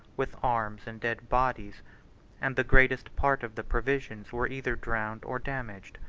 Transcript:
with arms and dead bodies and the greatest part of the provisions were either drowned or damaged.